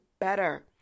better